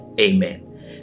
Amen